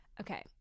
Okay